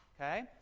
Okay